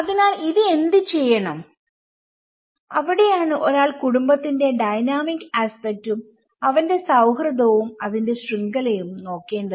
അതിനാൽ ഇത് എന്തുചെയ്യണം അവിടെയാണ് ഒരാൾ കുടുംബത്തിന്റെ ഡൈനാമിക് ആസ്പെക്റ്റും അവന്റെ സൌഹൃദവും അതിന്റെ ശൃംഖലയും നോക്കേണ്ടത്